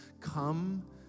Come